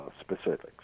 specifics